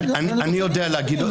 אני יודע להגיד,